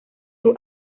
sus